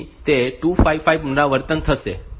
તેથી તે 255 પુનરાવર્તન થશે